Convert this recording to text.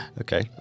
okay